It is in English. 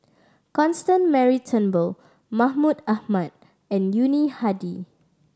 Constance Mary Turnbull Mahmud Ahmad and Yuni Hadi